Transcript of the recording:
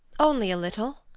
only a little.